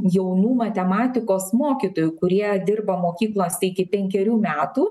jaunų matematikos mokytojų kurie dirba mokyklose iki penkerių metų